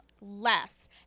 less